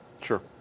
Sure